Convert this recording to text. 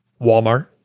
Walmart